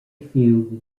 few